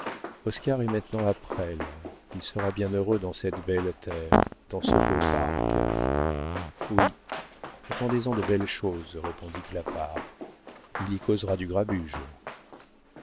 est maintenant à presles il sera bien heureux dans cette belle terre dans ce beau parc oui attendez en de belles choses répondit clapart il y causera du